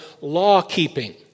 law-keeping